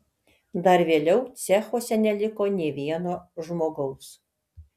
dar vėliau cechuose neliko nė vieno žmogaus